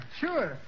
Sure